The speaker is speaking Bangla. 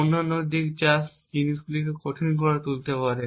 অন্যান্য দিক যা জিনিসগুলিকে কঠিন করে তুলতে পারে